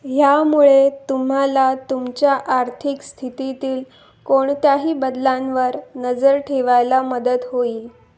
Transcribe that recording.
ह्यामुळे तुम्हाला तुमच्या आर्थिक स्थितीतील कोणत्याही बदलांवर नजर ठेवायला मदत होईल